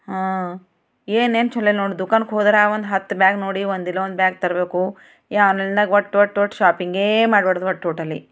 ಹಾಂ ಏನೇನು ಛಲೋ ನೋಡಿ ದುಖಾನ್ಗೆ ಹೋದ್ರೆ ಒಂದು ಹತ್ತು ಬ್ಯಾಗ್ ನೋಡಿ ಒಂದು ಇಲ್ಲ ಒಂದು ಬ್ಯಾಗ್ ತರಬೇಕು ಎಲ್ಲ ಒಟ್ಟು ಒಟ್ಟು ಒಟ್ಟು ಶಾಪಿಂಗೇ ಮಾಡ್ಬಾರ್ದು ಒಟ್ಟು ಟೋಟಲಿ